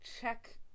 check